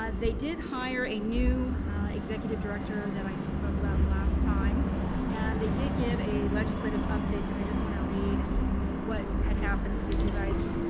ah they did hire a new executive director that i spoke about last time and they did give a legislative update that i just want to read what had happened so you guys